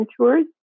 tours